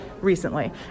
recently